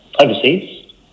overseas